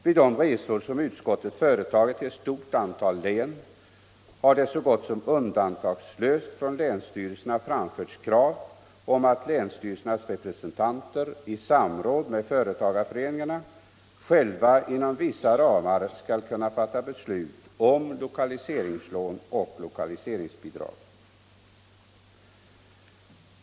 Vid de resor som utskottet företagit till ett stort antal län har det så gott som undantagslöst från länsstyrelserna framförts krav på att länsstyrelsernas representanter i samråd med företagarföreningarna själva inom vissa ramar skall kunna fatta beslut om lokaliseringslån och lokaliseringsbidrag.